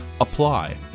apply